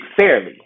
fairly